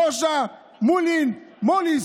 מוזה, מולין, מוליס.